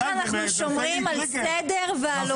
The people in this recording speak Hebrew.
ככה אנחנו שומרים על סדר ועל הוגנות.